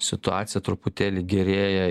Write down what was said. situacija truputėlį gerėja